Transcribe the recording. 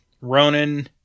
Ronan